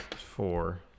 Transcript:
Four